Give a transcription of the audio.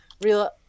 real